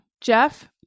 jeff